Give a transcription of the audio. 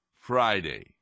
Friday